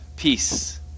Peace